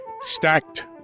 stacked